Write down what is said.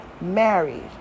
married